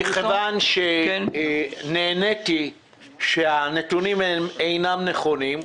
מכיוון שנעניתי שהנתונים שמסרתי לעיל הם נתונים שאינם נכונים,